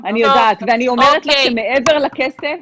אני אומרת לכם, מעבר לכסף,